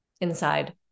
inside